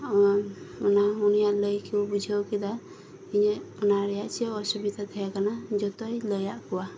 ᱟᱨ ᱚᱱᱟ ᱩᱱᱤᱭᱟᱜ ᱞᱟᱹᱭ ᱠᱚ ᱵᱩᱡᱷᱟᱹᱣ ᱠᱮᱫᱟ ᱤᱧᱟᱹᱜ ᱚᱱᱟ ᱨᱮᱭᱟᱜ ᱪᱮᱫ ᱚᱥᱩᱵᱤᱫᱷᱟ ᱛᱟᱦᱮᱸ ᱠᱟᱱᱟ ᱡᱚᱛᱚᱣᱟᱜ ᱤᱧ ᱞᱟᱹᱭ ᱟᱫ ᱠᱚᱣᱟ